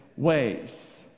Ways